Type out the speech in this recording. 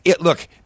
Look